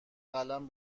قلم